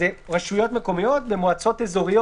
רשויות מקומיות ומועצות אזוריות.